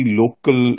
local